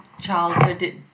childhood